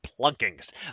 plunkings